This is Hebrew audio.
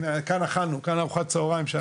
הנה, כאן אכלנו, כאן ארוחת הצהריים שאכלנו.